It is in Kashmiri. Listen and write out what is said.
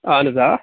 اَہَن حظ آ